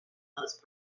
those